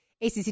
ACC